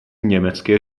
německé